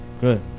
good